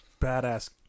badass